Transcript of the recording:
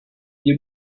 your